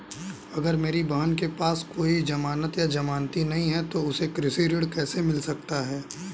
अगर मेरी बहन के पास कोई जमानत या जमानती नहीं है तो उसे कृषि ऋण कैसे मिल सकता है?